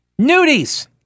Nudies